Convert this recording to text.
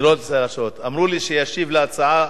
אמרו לי שישיב להצעה